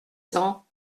cents